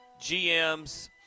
GMs